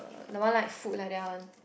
the one like food like that one